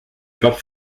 pape